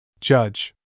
Judge